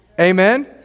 Amen